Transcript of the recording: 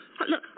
Look